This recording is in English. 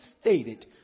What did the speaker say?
stated